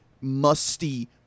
musty